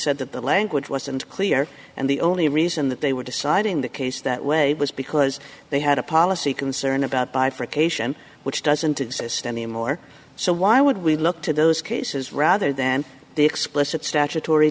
said that the language wasn't clear and the only reason that they were deciding the case that way was because they had a policy concern about bifurcation which doesn't exist anymore so why would we look to those cases rather than the explicit statutory